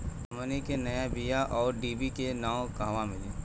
हमन के नया बीया आउरडिभी के नाव कहवा मीली?